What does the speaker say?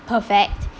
perfect